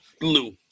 blue